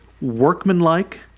workmanlike